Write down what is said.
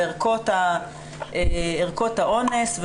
בערכות האונס,